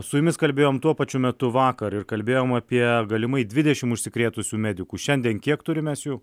su jumis kalbėjom tuo pačiu metu vakar ir kalbėjom apie galimai dvidešimt užsikrėtusių medikų šiandien kiek turim mes jų